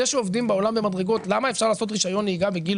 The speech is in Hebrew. זה שעובדים בעולם במדרגות למה אפשר לעשות רישיון נהיגה בגיל,